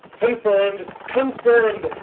confirm'd, confirm'd!